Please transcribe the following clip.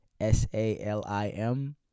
S-A-L-I-M